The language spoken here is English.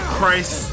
Christ